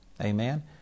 Amen